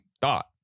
thought